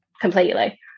completely